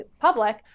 public